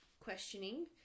questioning